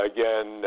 Again